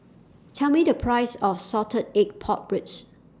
Tell Me The Price of Salted Egg Pork Ribs